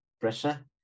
pressure